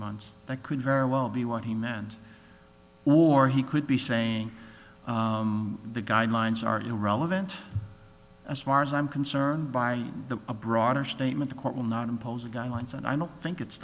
months that could very well be what he meant war he could be saying the guidelines are irrelevant as far as i'm concerned by the broader statement the court will not impose guidelines and i don't think it's